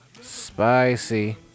Spicy